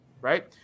right